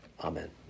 amen